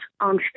on